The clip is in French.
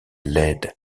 laide